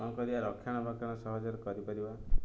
କ'ଣ କରିବା ରକ୍ଷଣାବକ୍ଷଣ ସହଜରେ କରିପାରିବା